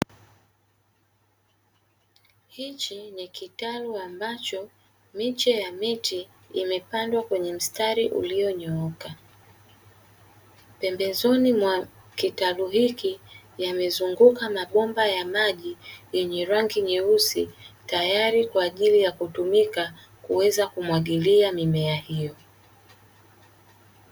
Hiki ni kitalu ambacho miche ya miti imepandwa kwenye mstari ulionyooka, pembezoni mwa kitalu hiki yamezunguka mabomba ya maji yenye rangi nyeusi, tayari kwa ajili ya kutumika kuweza kumwagilia mimea hiyo.